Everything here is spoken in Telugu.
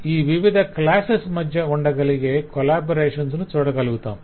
ఈ వివిధ క్లాసెస్ మధ్య ఉండగలిగే కొలాబరేషన్స్ ను చూడగలుగుతాము